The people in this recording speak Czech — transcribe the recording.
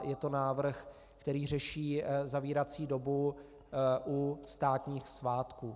Je to návrh, který řeší zavírací dobu u státních svátků.